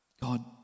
God